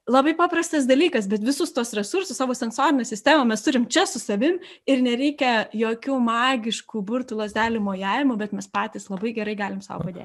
labai paprastas dalykas bet visus tuos resursus savo sensorinę sistemą mes turim čia su savim ir nereikia jokių magiškų burtų lazdelių mojavimo bet mes patys labai gerai galim sau padėt